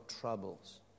troubles